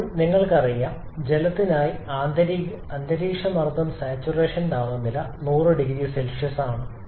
ഇപ്പോൾ നിങ്ങൾക്കറിയാം ജലത്തിനായി അന്തരീക്ഷ മർദ്ദം സാച്ചുറേഷൻ താപനില 100 0C ആണ്